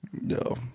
No